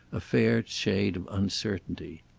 a fair shade of uncertainty.